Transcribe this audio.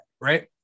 right